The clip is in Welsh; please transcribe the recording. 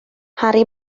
harri